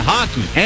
Hockey